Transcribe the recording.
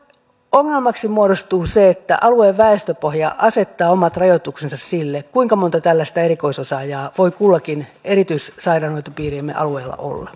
ongelmaksi muodostuu myös se että alueen väestöpohja asettaa omat rajoituksensa sille kuinka monta tällaista erikoisosaajaa voi kullakin erityissairaanhoitopiiriemme alueella olla